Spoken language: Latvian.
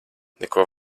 neko